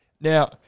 Now